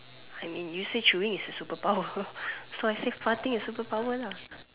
I mean you say chewing is a super power so I say farting is a super power lah